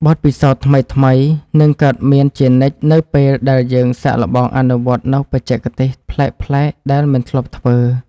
បទពិសោធន៍ថ្មីៗនឹងកើតមានជានិច្ចនៅពេលដែលយើងសាកល្បងអនុវត្តនូវបច្ចេកទេសប្លែកៗដែលមិនធ្លាប់ធ្វើ។